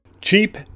Cheap